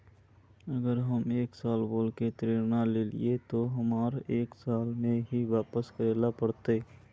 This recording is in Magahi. अगर हम एक साल बोल के ऋण लालिये ते हमरा एक साल में ही वापस करले पड़ते?